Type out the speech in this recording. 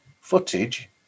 footage